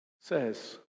says